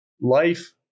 life